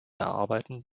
erarbeiten